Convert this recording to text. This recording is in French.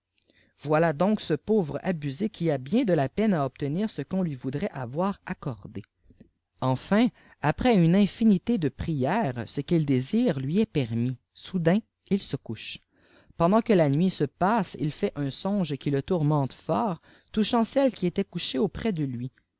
voilà donc ce pauvre abusé qui a bien de la peine à obtenir ce qu'on lui voudrait avoir accordé enfin après une infinité de prières ce qu'il désire lui est permis soudain il se couche pendant que la nuit se passe ilïait un so nge qui le tourmente fort touchant celle qui était couchée auprès de lui